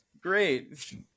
Great